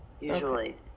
usually